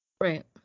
Right